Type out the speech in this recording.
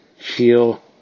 Feel